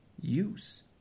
use